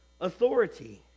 authority